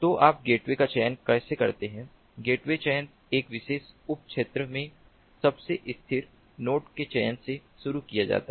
तो आप गेटवे का चयन कैसे करते हैं गेटवे चयन एक विशेष उप क्षेत्र में सबसे स्थिर नोड के चयन से शुरू किया जाता है